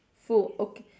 full ok~